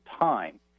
time